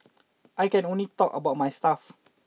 I can only talk about my stuff